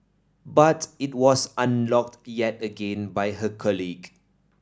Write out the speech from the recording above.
but it was unlocked yet again by her colleague